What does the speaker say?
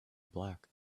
black